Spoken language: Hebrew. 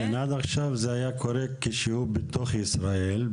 עד עכשיו זה היה קורה כשהוא בתוך ישראל,